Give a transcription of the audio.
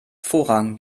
vorrang